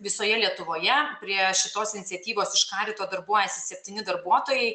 visoje lietuvoje prie šitos iniciatyvos iš karito darbuojasi septyni darbuotojai